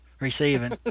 receiving